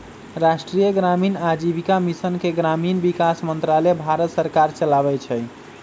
राष्ट्रीय ग्रामीण आजीविका मिशन के ग्रामीण विकास मंत्रालय भारत सरकार चलाबै छइ